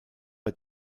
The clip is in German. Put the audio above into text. bei